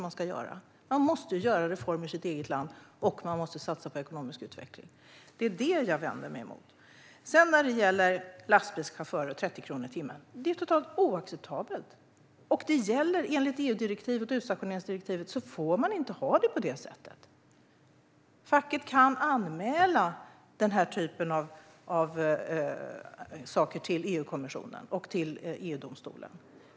Man måste ju göra reformer i sitt eget land, och man måste satsa på ekonomisk utveckling. Det är där jag har invändningar. Att lastbilschaufförer tjänar 30 kronor i timmen är totalt oacceptabelt, och enligt EU-direktivet och utstationeringsdirektivet får det inte vara på det sättet. Facket kan anmäla sådant här till EU-kommissionen och till EU-domstolen.